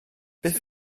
beth